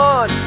on